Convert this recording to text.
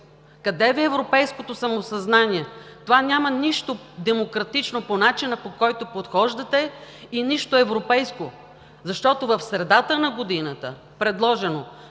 къде Ви е европейското самосъзнание? В това няма нищо демократично – по начина, по който подхождате, и нищо европейско. Защото, предложено